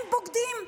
הם בוגדים?